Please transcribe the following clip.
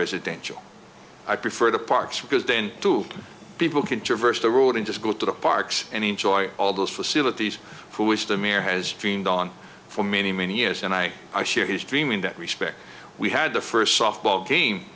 residential i prefer the parks because then two people can traverse the ruling just go to the parks and enjoy all those facilities for which the mayor has dreamed on for many many years and i i share his dream in that respect we had the first softball game